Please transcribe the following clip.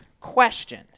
question